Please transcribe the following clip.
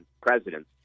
presidents